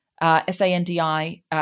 S-A-N-D-I